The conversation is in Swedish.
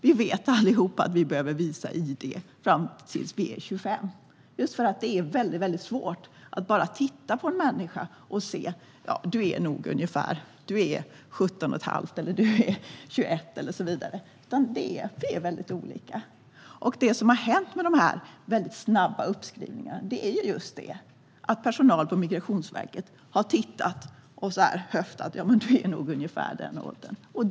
Vi vet allihop att vi behöver visa id tills vi är 25, just för att det är väldigt svårt att genom att bara titta på en människa se om den är 17 1⁄2, 21 och så vidare. Det är väldigt olika. Det som har hänt vid de snabba uppskrivningarna är just att personal på Migrationsverket har tittat och höftat och sagt: Du är nog ungefär i den åldern.